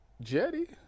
Jetty